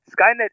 Skynet